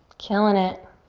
killing it.